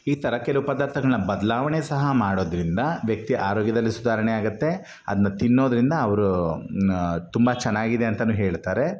ಈ ಥರ ಕೆಲವು ಪದಾರ್ಥಗಳನ್ನ ಬದಲಾವಣೆ ಸಹ ಮಾಡೋದರಿಂದ ವ್ಯಕ್ತಿ ಆರೋಗ್ಯದಲ್ಲಿ ಸುಧಾರಣೆ ಆಗತ್ತೆ ಅದನ್ನ ತಿನ್ನೋದರಿಂದ ಅವರು ತುಂಬ ಚೆನಾಗಿದೆ ಅಂತನು ಹೇಳ್ತಾರೆ